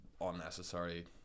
unnecessary